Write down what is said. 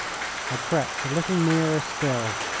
i crept a little nearer still,